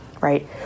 right